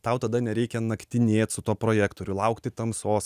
tau tada nereikia naktinėt su tuo projektoriu ir laukti tamsos